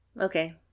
Okay